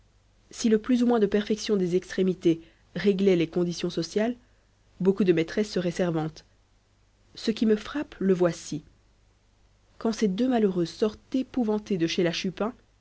si le plus ou moins de perfection des extrémités réglait les conditions sociales beaucoup de maîtresses seraient servantes ce qui me frappe le voici quand ces deux malheureuses sortent épouvantées de chez